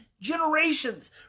generations